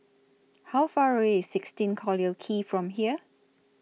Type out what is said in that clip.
How Far away IS sixteen Collyer Quay from here